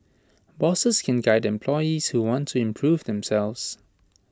bosses can guide employees who want to improve themselves